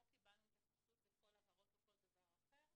לא קיבלנו התייחסות לכל ההעברות או לכל דבר אחר.